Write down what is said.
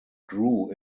grew